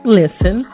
listen